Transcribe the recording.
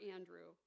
Andrew